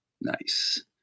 Nice